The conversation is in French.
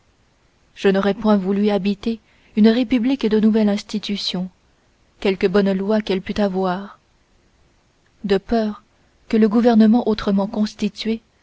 je n'aurais point voulu habiter une république de nouvelle institution quelques bonnes lois qu'elle pût avoir de peur que le gouvernement autrement constitué